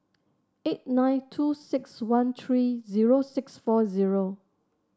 eight nine two six one three zero six four zero